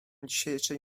dzisiejszej